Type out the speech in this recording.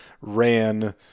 ran